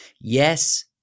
Yes